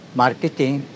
marketing